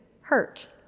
hurt